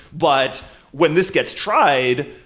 but when this gets tried,